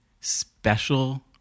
special